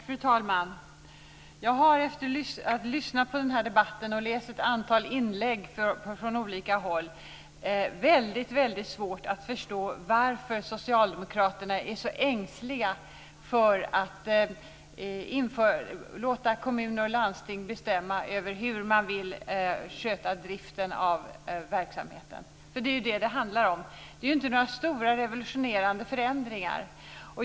Fru talman! Jag har efter att ha lyssnat på debatten och läst ett antal inlägg från olika håll väldigt svårt att förstå varför Socialdemokraterna är så ängsliga att låta kommuner och landsting bestämma över hur de vill sköta driften av verksamheten. Det är ju det som det handlar om. Det är inte några stora, revolutionerande förändringar.